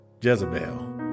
Jezebel